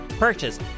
purchase